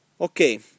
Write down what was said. Okay